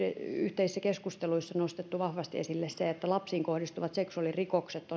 yhteisissä keskusteluissa on nostettu vahvasti esille se että lapsiin kohdistuvat seksuaalirikokset